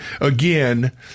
again